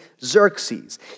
Xerxes